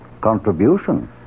Contribution